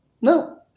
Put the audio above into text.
No